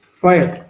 fire